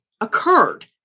occurred